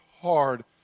hard